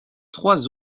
trois